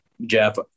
Jeff